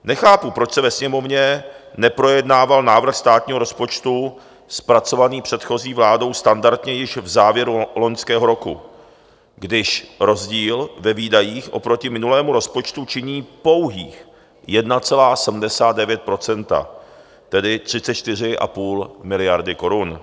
Nechápu, proč se ve Sněmovně neprojednával návrh státního rozpočtu zpracovaný předchozí vládou standardně již v závěru loňského roku, když rozdíl ve výdajích oproti minulému rozpočtu činí pouhých 1,79 %, tedy 34,5 miliardy korun.